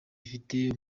afite